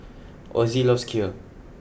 Osie loves Kheer